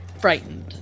frightened